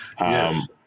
Yes